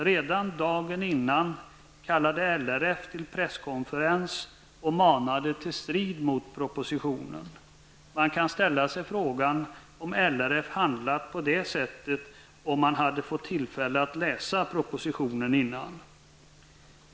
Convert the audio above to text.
Redan dagen innan kallade LRF till presskonferens och manade till strid mot propositionen. Man kan ställa sig frågan om LRF handlat på det sättet om man hade fått tillfälle att läsa propositionen i förväg.